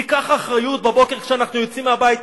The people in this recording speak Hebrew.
ניקח אחריות בבוקר כשאנחנו יוצאים מהבית,